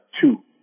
two